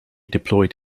deployed